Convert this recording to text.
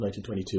1922